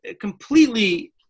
completely